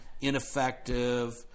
ineffective